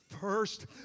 first